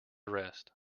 rest